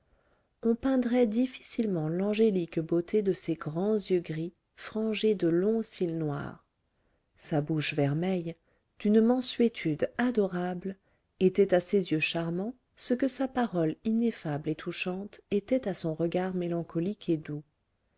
on peindrait difficilement l'angélique beauté de ses grands yeux gris frangés de longs cils noirs sa bouche vermeille d'une mansuétude adorable était à ses yeux charmants ce que sa parole ineffable et touchante était à son regard mélancolique et doux